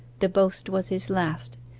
the boast was his last.